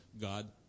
God